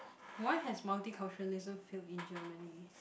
why has multiculturalism failed in Germany